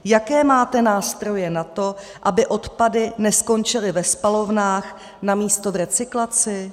Jaké máte nástroje na to, aby odpady neskončily ve spalovnách namísto v recyklaci?